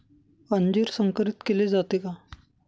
अंजीर संकरित केले जाते का?